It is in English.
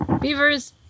Beavers